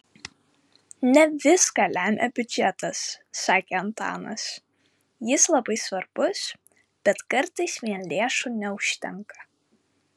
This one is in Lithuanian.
ne viską lemia biudžetas sakė antanas jis labai svarbus bet kartais vien lėšų neužtenka